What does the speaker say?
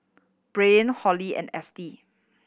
Brian Holly and Estie